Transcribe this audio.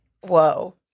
whoa